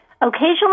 Occasionally